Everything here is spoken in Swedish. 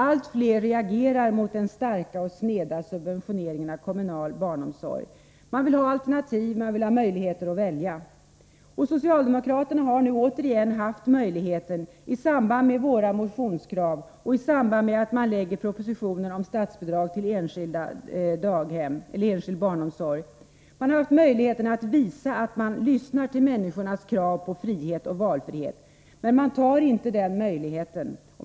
Allt fler reagerar mot den starka och sneda subventioneringen av kommunal barnomsorg. Man vill ha alternativ. Man vill ha möjlighet att välja. Socialdemokraterna har nu återigen haft möjlighet — i samband med våra motionskrav och i samband med att propositionen om statsbidrag till enskild barnomsorg lades fram — att visa att man lyssnar till människornas krav på frihet och valfrihet. Men socialdemokraterna tar inte den möjligheten.